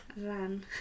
run